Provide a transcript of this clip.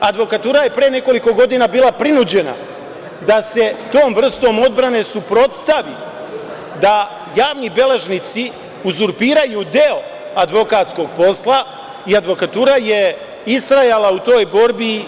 Advokatura je pre nekoliko godina bila prinuđena da se tom vrstom odbrane suprotstavi da javni beležnici uzurpiraju deo advokatskog posla i advokatura je istrajala u toj borbi.